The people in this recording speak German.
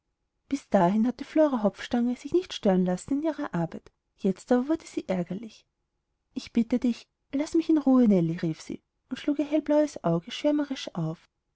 bis dahin hatte flora hopfstange sich nicht stören lassen in ihrer arbeit jetzt aber wurde sie ärgerlich ich bitte dich laß mich in ruhe nellie rief sie und schlug ihr hellblaues auge schwärmerisch auf